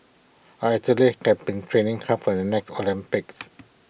our athletes have been training hard for the next Olympics